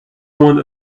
one